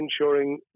ensuring